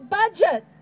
budget